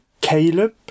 Caleb